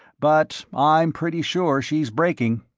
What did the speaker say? but i'm pretty sure she's braking.